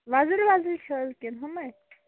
وۅزٕلۍ وۅزٕلۍ چھِ حظ کِنہٕ یِمے